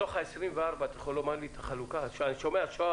אתה יכול לומר לי את החלוקה בתוך הרשימה של 24 הרשויות?